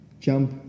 jump